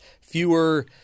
fewer –